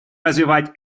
развивать